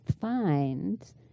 find